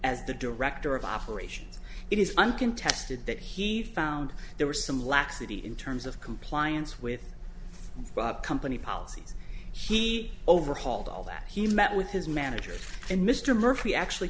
as the director of operations it is uncontested that he found there were some laxity in terms of compliance with company policies he overhauled all that he met with his manager and mr murphy actually